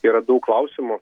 yra daug klausimų